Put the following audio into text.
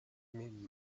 been